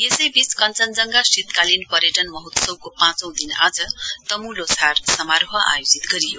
यसैवीच कंचनजंगा शीतकालीन पर्यटन महोत्वको पाँचौं दिन आज तमु ल्होछार समारोह आयोजन गरियो